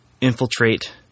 infiltrate